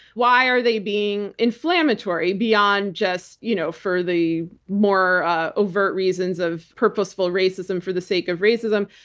why are they being inflammatory beyond just you know for the more ah overt reasons of purposeful racism for the sake of racism?